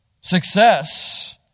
success